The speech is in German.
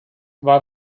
war